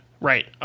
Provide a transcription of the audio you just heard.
right